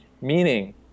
Meaning